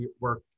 work